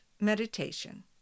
meditation